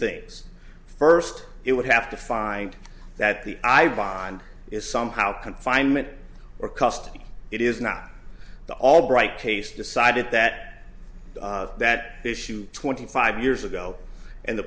things first it would have to find that the i bond is somehow confinement or custody it is not the albright case decided that that issue twenty five years ago and the